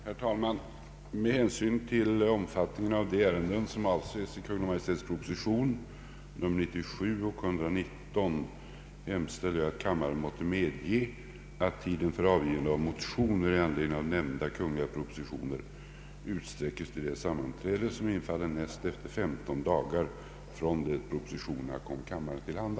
Herr talman! Med hänsyn till omfattningen av de ärenden som avses i Kungl. Maj:ts propositioner nr 97 och 119 hemställer jag att kammaren måtte medgiva att tiden för avgivande av motioner i anledning av nämnda kungl. propositioner utsträckes till det sammanträde som infaller näst efter 15 dagar från det propositionerna kom kammaren till handa.